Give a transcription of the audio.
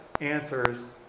answers